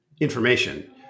information